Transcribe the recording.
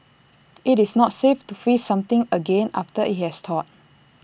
IT is not safe to freeze something again after IT has thawed